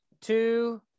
Two